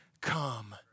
come